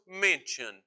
mention